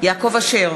יעקב אשר,